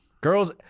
Girls